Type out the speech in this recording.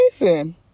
amazing